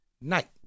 night